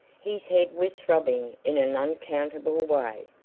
his head was throbbing in an unaccountable way,